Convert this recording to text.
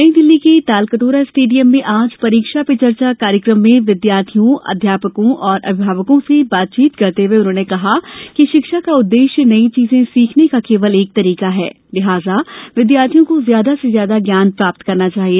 नई दिल्ली के तालकटोरा स्टोडियम में आज परीक्षा पे चर्चा कार्यकम में विद्यार्थियों अध्या्पकों और अभिभावकों से बातचीत करते हुए उन्होंने कहा कि शिक्षा का उद्देश्य नई चीजें सीखने का केवल एक तरीका है लिहाजा विद्यार्थियों को ज्यादा से ज्यादा ज्ञान प्राप्त करना चाहिए